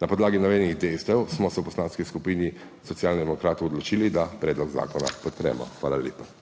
Na podlagi navedenih dejstev smo se v Poslanski skupini Socialnih demokratov odločili, da predlog zakona podpremo. Hvala lepa.